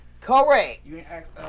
Correct